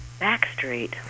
Backstreet